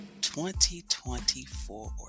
2024